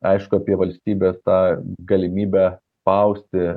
aišku apie valstybės tą galimybę spausti